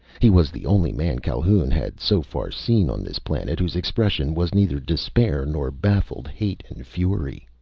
he was the only man calhoun had so far seen on this planet whose expression was neither despair nor baffled hate and fury.